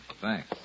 Thanks